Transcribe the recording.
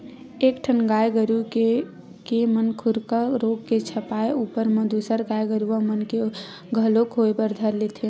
एक ठन गाय गरु के म खुरहा रोग के छपाय ऊपर म दूसर गाय गरुवा मन के म घलोक होय बर धर लेथे